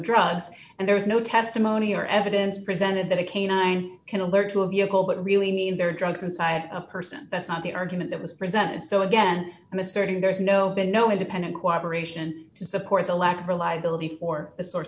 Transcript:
drugs and there was no testimony or evidence presented that a canine can alert to a vehicle but really need their drugs inside a person that's not the argument that was presented so again i'm asserting there's no been no independent cooperation to support the lack of reliability for the source